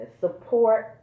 Support